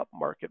upmarket